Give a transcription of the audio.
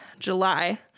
july